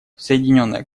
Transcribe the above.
соединенное